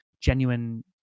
genuine